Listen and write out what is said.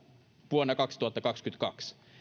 vuonna kaksituhattakaksikymmentäkaksi